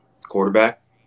quarterback